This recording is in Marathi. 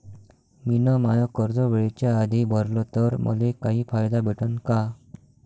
मिन माय कर्ज वेळेच्या आधी भरल तर मले काही फायदा भेटन का?